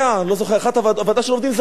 אני לא זוכר, הוועדה של העובדים הזרים.